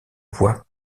voie